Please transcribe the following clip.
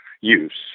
use